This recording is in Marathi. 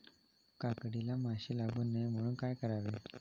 काकडीला माशी लागू नये म्हणून काय करावे?